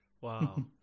Wow